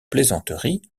plaisanteries